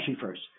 first